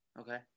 Okay